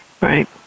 Right